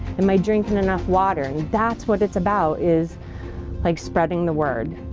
am i drinking enough water? that's what it's about is like spreading the word.